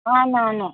అవునవును